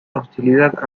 hostilidad